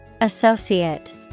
Associate